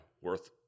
worth